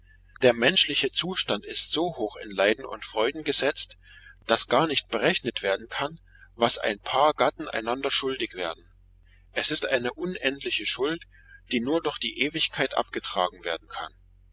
der menschliche zustand ist so hoch in leiden und freuden gesetzt daß gar nicht berechnet werden kann was ein paar gatten einander schuldig werden es ist eine unendliche schuld die nur durch die ewigkeit abgetragen werden kann